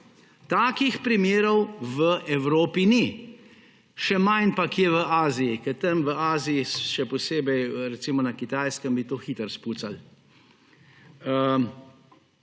Takih primerov v Evropi ni, še manj pa kje v Aziji, ker tam v Aziji, še posebej na Kitajskem, bi to hitro spucali.